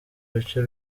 bice